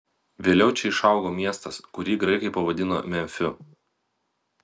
vėliau čia išaugo miestas kurį graikai pavadino memfiu